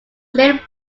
player